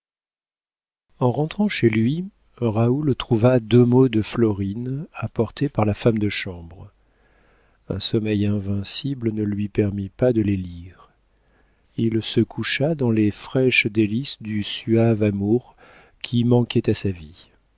en rentrant chez lui raoul trouva deux mots de florine apportés par la femme de chambre un sommeil invincible ne lui permit pas de les lire il se coucha dans les fraîches délices du suave amour qui manquait à sa vie